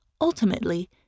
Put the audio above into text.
Ultimately